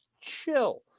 Chill